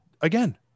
Again